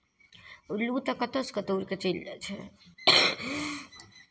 उल्लू तऽ कतहुसँ कतहु उड़ि कऽ चलि जाइ छै